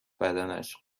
بدنش